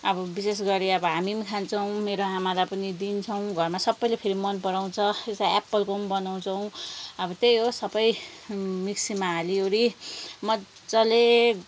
अब विशेष गरी अब हामी पनि खान्छौँ मेरो आमालाई पनि दिन्छौँ घरमा सबैले फेरि मनपराउँछ यस्तो एप्पलको पनि बनाउँछौँ अब त्यही हो सबै मिक्सीमा हालीओरी मज्जाले